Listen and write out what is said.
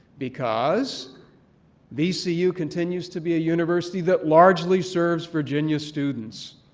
because vcu continues to be a university that largely serves virginia students.